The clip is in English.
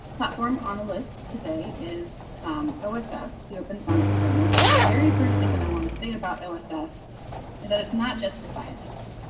platform on the list today is ah is ah osf the open science framework. and the very first thing that i want to say about and osf and that it's not just for scientists,